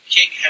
King